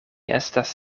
estas